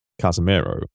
Casemiro